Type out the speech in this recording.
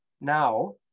Now